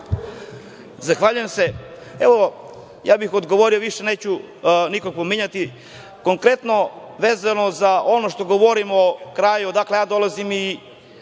Zahvaljujem se. Ja bih odgovorio, više neću nikog pominjati, konkretno vezano za ono što govorimo o kraju odakle ja dolazim i